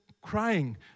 crying